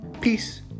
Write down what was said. Peace